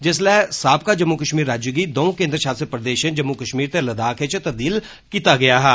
जिसलै साबका जम्मू कश्मीर राज्य गी दंऊ केन्द्र शासित प्रदेशं जम्मू कश्मीर ते लद्दाख च तबदील कीता गेया हा